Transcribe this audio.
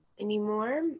anymore